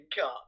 cut